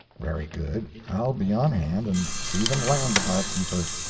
very good. i'll be on hand and see them land the barkeeper.